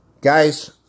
Guys